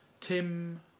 Tim